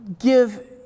give